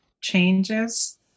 changes